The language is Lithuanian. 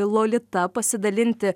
lolita pasidalinti